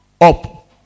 up